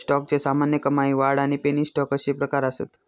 स्टॉकचे सामान्य, कमाई, वाढ आणि पेनी स्टॉक अशे प्रकार असत